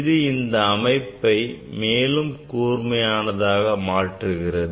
இது இந்த அமைப்பை மேலும் கூர்மையானதாக மாற்றுகிறது